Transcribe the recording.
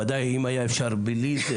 ודאי אם היה אפשר בלי זה,